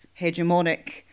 hegemonic